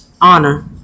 honor